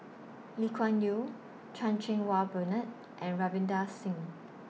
Lee Kuan Yew Chan Cheng Wah Bernard and Ravinder Singh